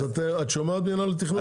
אז את שומעת, מינהל התכנון?